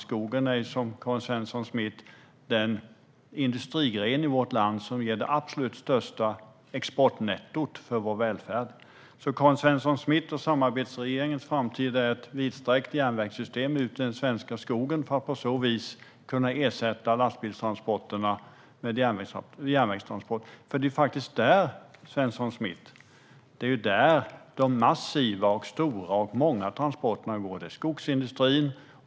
Skogen är ju den svenska industrigren som ger det absolut största exportnettot för vår välfärd. Karin Svensson Smiths och samarbetsregeringens framtid är alltså ett vidsträckt järnvägssystem ut i den svenska skogen. På så vis vill man ersätta lastbilstransporterna med järnvägstransporter. Det är ju inom skogsindustrin och byggnadsindustrin som de massiva, stora och många transporterna går, Svensson Smith!